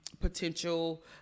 potential